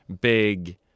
big